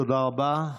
תודה רבה.